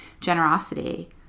generosity